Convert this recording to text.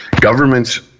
Governments